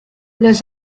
los